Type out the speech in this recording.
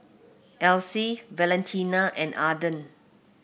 Elise Valentina and Ardeth